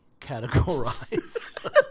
categorize